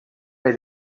elle